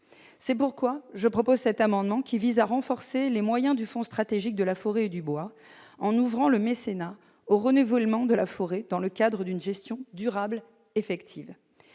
C'est pourquoi je propose cet amendement qui vise à renforcer les moyens du Fonds stratégique de la forêt et du bois en ouvrant le mécénat au renouvellement de la forêt dans le cadre d'une gestion durable effective.